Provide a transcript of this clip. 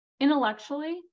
intellectually